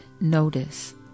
notice